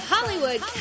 Hollywood